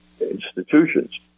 institutions